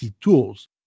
tools